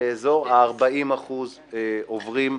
לאזור ה-40% עוברים,